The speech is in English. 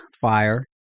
fire